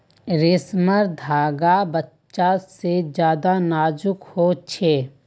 रेसमर धागा बच्चा से ज्यादा नाजुक हो छे